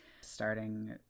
starting